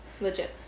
Legit